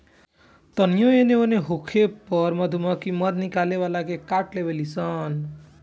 तानियो एने ओन होखे पर मधुमक्खी मध निकाले वाला के काट लेवे ली सन